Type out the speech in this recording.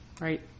right